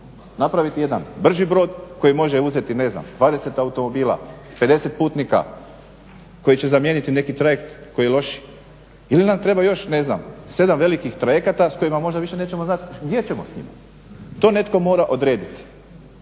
napraviti jedan brži brod koji može uzeti ne znam 20 automobila, 50 putnika koji će zamijeniti neki trajekt koji je loši ili nam treba još ne znam 7 velikih trajekata s kojima možda više nećemo znati gdje ćemo s njima. To netko mora odrediti.